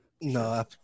No